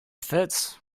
fits